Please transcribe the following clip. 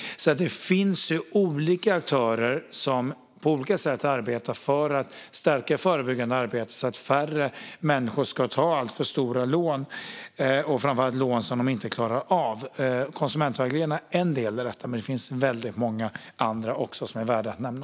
Det finns alltså olika aktörer som på olika sätt arbetar för att stärka det förebyggande arbetet så att färre människor ska ta alltför stora lån, framför allt lån som de inte klarar av. Konsumentverket är en del i detta, men det finns också väldigt många andra som är värda att nämna.